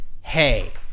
hey